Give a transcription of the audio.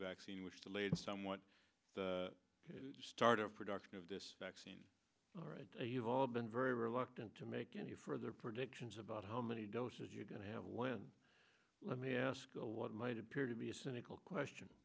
vaccine which delayed somewhat the start of production of this vaccine all right you've all been very reluctant to make any further predictions about how many doses you're going to have when let me ask you what might appear to be a cynical question